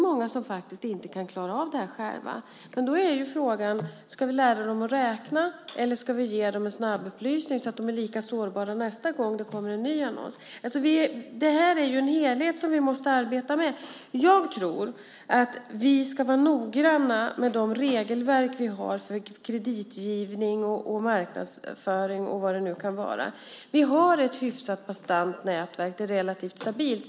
Frågan är då om vi ska lära dem att räkna eller om vi ska ge dem en snabbupplysning så att de är lika sårbara när det kommer en ny annons. Detta är en helhet som vi måste arbeta med. Jag tror att vi ska vara noggranna med de regelverk vi har för kreditgivning, marknadsföring och vad det nu kan vara. Vi har ett hyfsat bastant nätverk som är relativt stabilt.